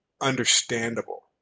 understandable